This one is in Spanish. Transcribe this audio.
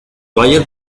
bayas